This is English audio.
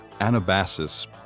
Anabasis